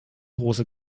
große